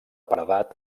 paredat